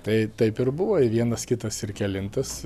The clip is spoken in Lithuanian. tai taip ir buvo ir vienas kitas ir kelintas